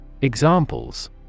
Examples